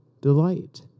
delight